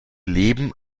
leben